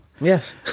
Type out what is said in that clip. yes